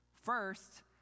First